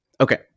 Okay